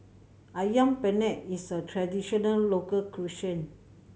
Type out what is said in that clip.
Ayam Penyet is a traditional local cuisine